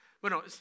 Bueno